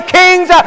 kings